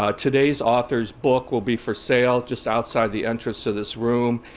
ah today's author's book will be for sale just outside the entrance to this room,